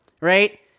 right